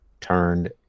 turned